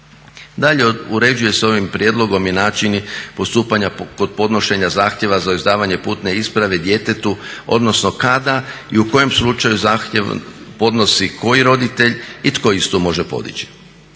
Dalje, uređuje se ovim prijedlogom i način postupanja kod podnošenja zahtjeva za izdavanje putne isprave djetetu odnosno kada i u kojem slučaju zahtjev podnosi koji roditelj i tko istu može podići.